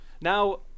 Now